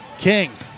King